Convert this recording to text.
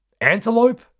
antelope